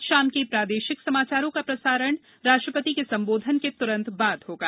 आज शाम के प्रादेशिक समाचारों का प्रसारण राष्ट्रपति के संबोधन के तुरन्त बाद होगा